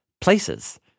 places